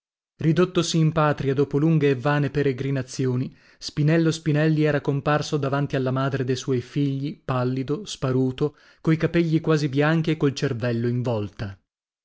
marito ridottosi in patria dopo lunghe e vane peregrinazioni spinello spinelli era comparso davanti alla madre de suoi figli pallido sparuto coi capegli quasi bianchi e col cervello in volta